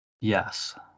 Yes